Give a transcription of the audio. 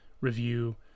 review